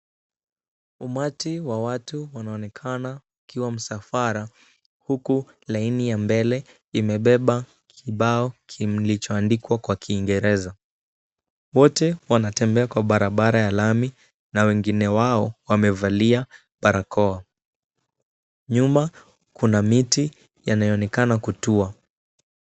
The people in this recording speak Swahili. Umati wa watu unaonekana ukiwa msafara huku laini ya mbele umebeba kibao kilichoandikwa kwa Kiingereza. Wote wanatembea kwa barabara ya lami na wengine wao wamevalia barakoa. Nyuma kuna miti yanayoonekana kutua.